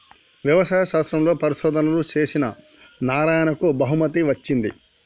వ్యవసాయ శాస్త్రంలో పరిశోధనలు చేసిన నారాయణకు బహుమతి వచ్చింది